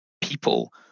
people